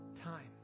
time